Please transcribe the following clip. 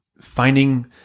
finding